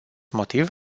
motiv